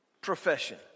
profession